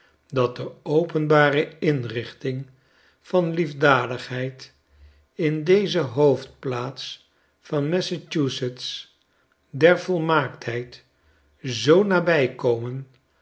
dat de openbare inrichtingen van liefdadigheid in deze hoofdplaats van massachusetts der volmaaktheid zoo nabij komen